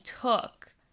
took